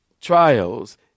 trials